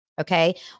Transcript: okay